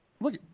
Look